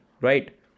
right